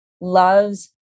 loves